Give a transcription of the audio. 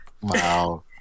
wow